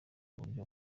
uburyo